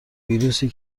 ویروسی